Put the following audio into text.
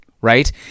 right